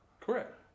Correct